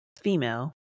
female